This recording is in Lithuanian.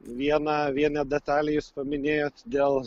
vieną vieną detalę jūs paminėjot dėl